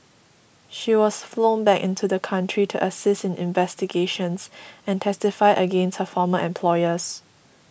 she was flown back into the country to assist in investigations and testify against her former employers